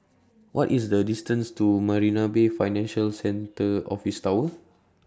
What IS The distance to Marina Bay Financial Centre Office Tower